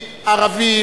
ערבי,